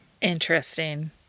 Interesting